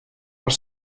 are